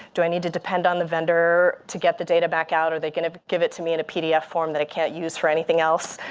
do i need to depend on the vendor to get the data back out? are they going to give it to me in a pdf form that i can't use for anything else?